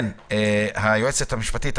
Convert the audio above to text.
היועצת המשפטית,